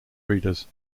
readers